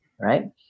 right